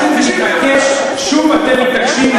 שוב אתם מתעקשים,